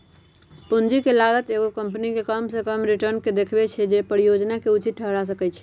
पूंजी के लागत एगो कंपनी के कम से कम रिटर्न के देखबै छै जे परिजोजना के उचित ठहरा सकइ